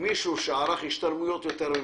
מישהו שערך השתלמויות יותר ממני,